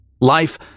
Life